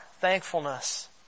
thankfulness